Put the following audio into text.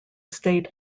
state